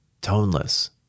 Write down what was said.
toneless